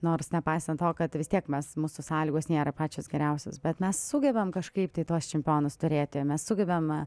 nors nepaisant to kad vis tiek mes mūsų sąlygos nėra pačios geriausios bet mes sugebam kažkaip tai tuos čempionus turėti mes sugebam